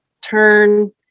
turn